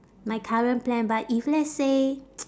my current plan but if let's say